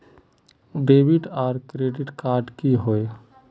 Debit आर credit card की होय?